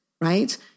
right